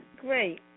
Great